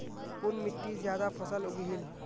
कुन मिट्टी ज्यादा फसल उगहिल?